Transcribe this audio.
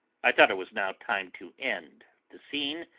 i thought it was now time to end the scene,